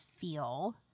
feel